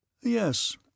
Yes